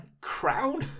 Crown